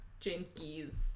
jinkies